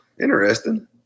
interesting